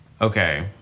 Okay